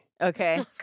Okay